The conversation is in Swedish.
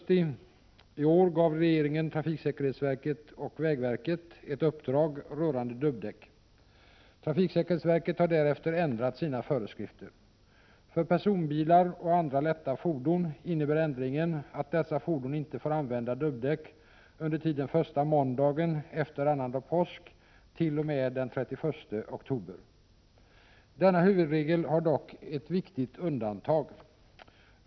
Trafiksäkerhetsverket har därefter ändrat sina föreskrifter. För personbilar och andra lätta fordon innebär ändringen att dessa fordon inte får använda dubbdäck under tiden första måndagen efter annandag påsk t.o.m. den 31 oktober. Denna huvudregel har dock ett viktigt undantag.